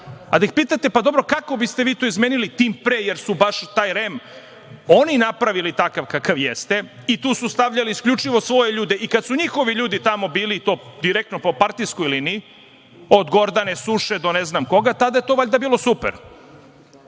Da ih pitate – pa dobro kako biste vi to izmenili, tim pre, jer su baš taj REM oni napravili takav kakav jeste, i tu su stavljali isključivo svoje ljude, i kada su njihovi ljudi tamo bili i to direktno po partijskoj liniji, od Gordane Suše, do ne znam koga, tada je to valjda bilo super.